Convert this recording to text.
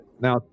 Now